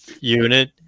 unit